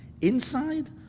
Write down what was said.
Inside